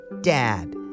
dad